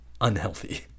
unhealthy